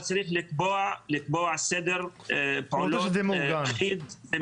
אבל צריך לקבוע סדר פעולות אחיד,